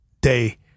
day